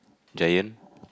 Giant